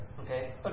Okay